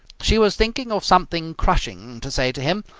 she was thinking of something crushing to say to him,